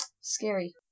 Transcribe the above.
scary